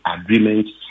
agreements